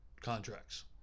contracts